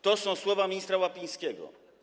To są słowa ministra Łapińskiego.